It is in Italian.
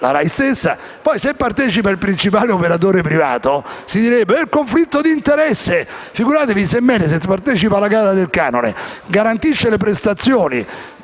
La RAI stessa. Poi se partecipasse il principale operatore privato si direbbe che è conflitto di interesse. Figuratevi se Mediaset partecipasse alla gara del canone, garantisse le prestazioni